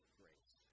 grace